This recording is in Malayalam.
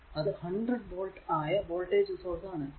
അത് 100 വോൾട് ആയ വോൾടേജ് സോഴ്സ് ആണ്